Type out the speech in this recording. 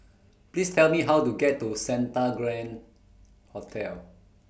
Please Tell Me How to get to Santa Grand Hotel